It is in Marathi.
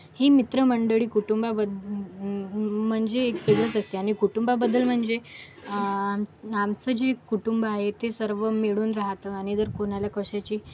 ही मित्रमंडळी कुटुंबाबद्दल म्हणजे वेगळीच असते आणि कुटुंबाबद्दल म्हणजे आमचं जे कुटुंब आहे ते सर्व मिळून राहतं आणि जर कोणाला कशाची